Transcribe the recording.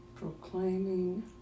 Proclaiming